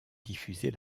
diffuser